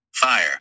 Fire